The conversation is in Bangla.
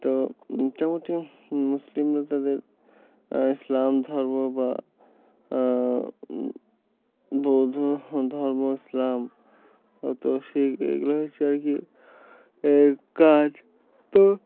তো মোটামুটি মুসলিমরা তাদের ইসলাম ধর্ম বা বৌদ্ধ ধর্ম ইসলাম ও তো সেই এগুলো হচ্ছে আর কি এর কাজ তো